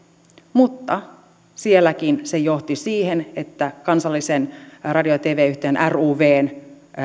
mutta sielläkin se johti siihen että kansallisen radio ja tv yhtiön ruvn